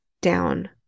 down